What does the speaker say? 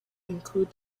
include